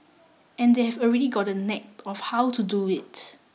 and they've already got the knack of how to do it